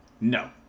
No